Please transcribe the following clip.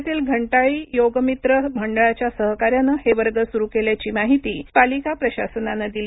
ठाण्यातील घटाळी योग मित्र मंडळाच्या सहकार्याने हे वर्ग सुरु केल्याची माहिती पालिका प्रशासनाने दिली